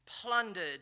plundered